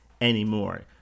anymore